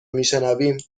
میشنویم